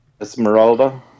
Esmeralda